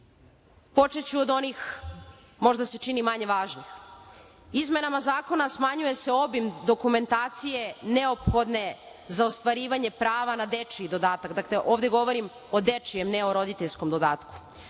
Počeću od onih možda se čini, manje važnih. Izmenama zakona smanjuje se obim dokumentacije neophodne za ostvarivanje prave na dečiji dodatak. Ovde govorim o dečijem, ne o roditeljskom dodatku.